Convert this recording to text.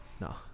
no